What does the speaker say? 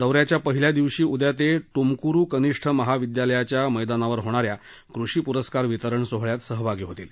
दौऱ्याच्या पहिल्या दिवशी उद्या ते तुमकुरू कनिष्ठ महाविद्यालयाच्या मैदानावर होणाऱ्या कृषी पुरस्कार वितरण सोहळ्यात सहभागी होतील